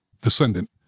descendant